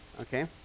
okay